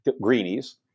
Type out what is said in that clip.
greenies